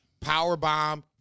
Powerbomb